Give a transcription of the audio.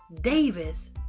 Davis